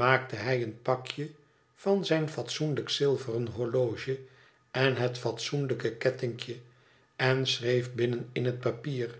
maiülte hij een pakje van zijn fatsoenlijk zilveren horloge en het fatsoenlijke kettinkje en schreef binnen in het papier